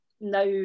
now